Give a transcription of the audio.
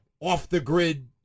off-the-grid